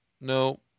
No